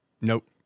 Nope